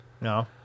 No